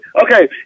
okay